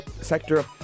sector